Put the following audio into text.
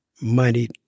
money